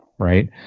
Right